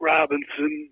Robinson